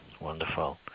wonderful